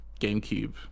GameCube